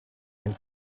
and